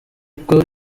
uko